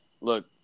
look